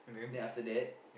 then after that